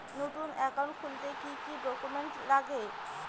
নতুন একাউন্ট খুলতে কি কি ডকুমেন্ট লাগে?